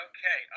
Okay